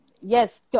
Yes